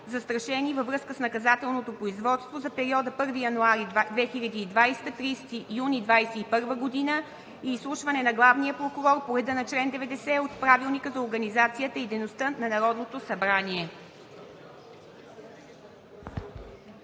застрашени във връзка с наказателното производство за периода 1 януари 2020 г. – 30 юни 2021 г., и изслушване на главния прокурор по реда на чл. 90 от Правилника за организацията и